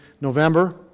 November